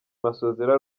masozera